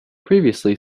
previously